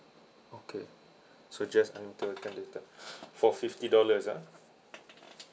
okay so just unlimited weekend data for fifty dollars ah